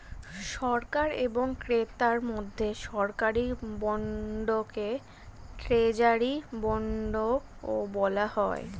সরকার এবং ক্রেতার মধ্যে সরকারি বন্ডকে ট্রেজারি বন্ডও বলা হয়